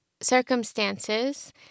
circumstances